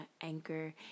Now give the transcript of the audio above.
Anchor